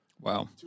Wow